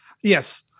yes